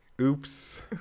Oops